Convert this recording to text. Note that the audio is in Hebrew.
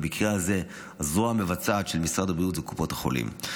במקרה הזה הזרוע המבצעת של משרד הבריאות היא קופות החולים.